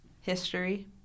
History